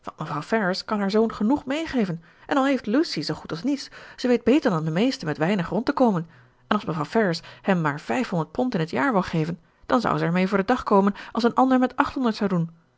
mevrouw ferrars kan haar zoon genoeg meegeven en al heeft lucy zoo goed als niets ze weet beter dan de meesten met weinig rond te komen en als mevrouw ferrars hem maar vijfhonderd pond in t jaar wou geven dan zou zij ermee voor den dag komen als een ander met achthonderd zou doen